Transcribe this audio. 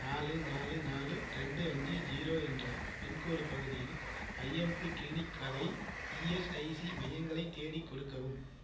நாலு நாலு நாலு ரெண்டு அஞ்சு ஜீரோ என்ற பின்கோட் பகுதியில் ஐஎம்பி கிளினிக் வகை இஎஸ்ஐசி மையங்களைத் தேடிக் கொடுக்கவும்